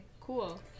cool